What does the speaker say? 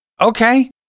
okay